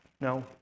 No